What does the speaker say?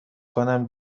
کنم